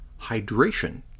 hydration